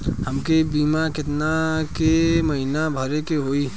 हमके बीमा केतना के महीना भरे के होई?